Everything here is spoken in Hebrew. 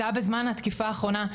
זה היה בזמן התקיפה האחרונה,